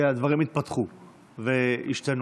הדברים התפתחו והשתנו.